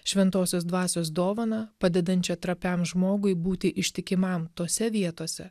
šventosios dvasios dovaną padedančią trapiam žmogui būti ištikimam tose vietose